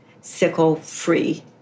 sickle-free